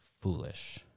foolish